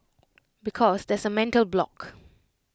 because there's A mental block